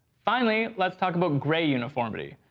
finally, let's talk about gray uniformity.